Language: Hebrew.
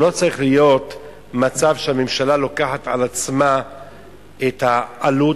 לא צריך להיות מצב שהממשלה לוקחת על עצמה את העלות,